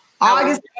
August